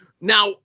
Now